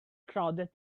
crowded